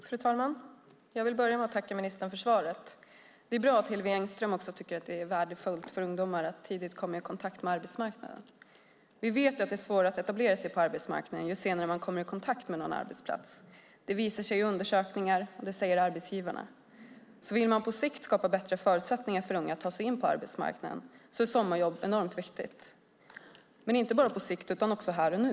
Fru talman! Jag vill börja med att tacka ministern för svaret. Det är bra att Hillevi Engström också tycker att det är värdefullt för ungdomar att tidigt komma i kontakt med arbetsmarknaden. Vi vet att det är svårare att etablera sig på arbetsmarknaden ju senare man kommer i kontakt med någon arbetsplats. Det visar sig i undersökningar, och det säger arbetsgivarna. Vill man på sikt skapa bättre förutsättningar för unga att ta sig in på arbetsmarknaden är sommarjobb enormt viktiga. Men det är viktigt inte bara på sikt utan också här och nu.